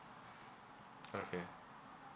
okay